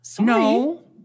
No